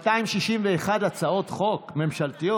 261 הצעות חוק ממשלתיות.